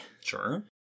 Sure